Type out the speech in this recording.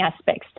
aspects